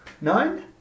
Nine